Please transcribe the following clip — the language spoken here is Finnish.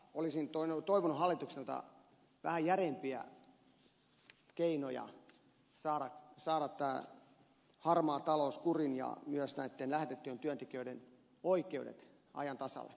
olisin toivonut hallitukselta vähän järeämpiä keinoja saada tämä harmaa talous kuriin ja myös näitten lähetettyjen työntekijöiden oikeudet ajan tasalle